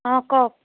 অঁ কওক